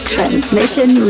Transmission